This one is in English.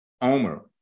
Omer